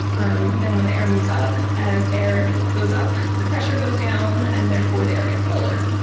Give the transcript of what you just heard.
um then when the air moves up, as air goes up the pressure goes down and therefore the air gets colder.